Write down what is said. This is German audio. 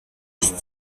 ist